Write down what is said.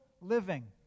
living